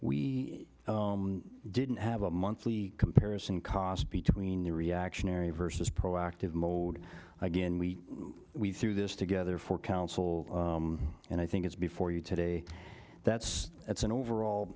we didn't have a monthly comparison cost between the reactionary versus proactive mode again we we threw this together for council and i think it's before you today that's it's an overall